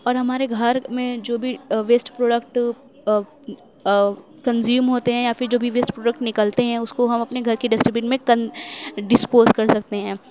اور ہمارے گھر میں جو بھی ویسٹ پروڈکٹ کنزیوم ہوتے ہیں یا پھر جو بھی ویسٹ پروڈکٹ نکلتے ہیں اس کو ہم اپنے گھر کی ڈسٹبن میں کن ڈسپوز کر سکتے ہیں